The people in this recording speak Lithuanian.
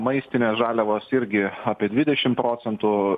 maistinės žaliavos irgi apie dvidešim procentų